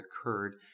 occurred